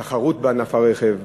התחרות בענף הרכב,